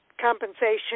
Compensation